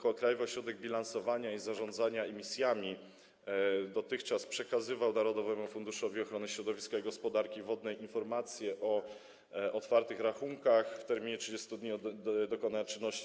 Ośrodek Bilansowania i Zarządzania Emisjami dotychczas przekazywał Narodowemu Funduszowi Ochrony Środowiska i Gospodarki Wodnej informacje o otwartych rachunkach w terminie 30 dni od dokonania czynności.